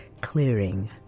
clearing